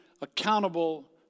accountable